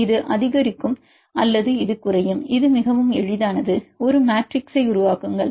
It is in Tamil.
இது அதிகரிக்கும் அல்லது இது குறையும் இது மிகவும் எளிதானது ஒரு மேட்ரிக்ஸை உருவாக்குங்கள்